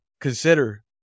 consider